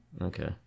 Okay